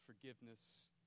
forgiveness